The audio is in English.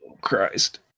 Christ